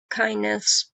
kindness